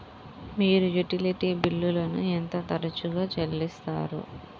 మీరు యుటిలిటీ బిల్లులను ఎంత తరచుగా చెల్లిస్తారు?